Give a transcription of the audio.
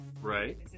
Right